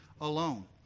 alone